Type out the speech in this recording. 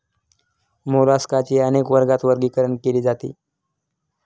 मोलास्काचे अनेक वर्गात वर्गीकरण केले जाते